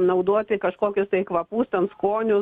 naudoti kažkokius kvapus ten skonius